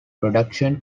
production